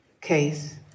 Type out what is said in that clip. case